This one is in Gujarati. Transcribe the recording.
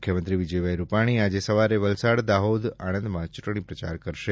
મુખ્યમંત્રી શ્રી વિજયભાઈ રૂપાણી આજે સવારે વલસાડ દાહોદ આણંદમાં ચૂંટણી પ્રચાર કરશે